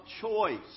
choice